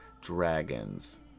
dragons